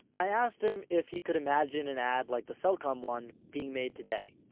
i asked him if he could imagine an ad like the cellcom one being made today.